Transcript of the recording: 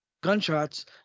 gunshots